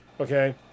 Okay